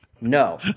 No